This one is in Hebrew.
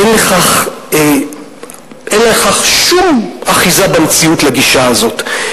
אין לכך שום אחיזה במציאות, לגישה הזאת.